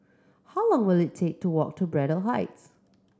how long will it take to walk to Braddell Heights